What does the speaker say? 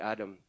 Adam